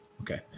okay